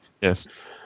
Yes